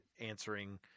answering